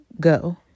go